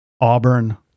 Auburn